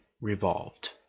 revolved